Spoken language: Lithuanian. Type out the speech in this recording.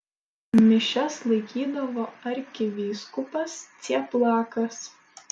mišias laikydavo arkivyskupas cieplakas